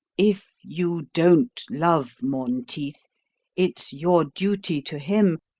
if you don't love monteith, it's your duty to him,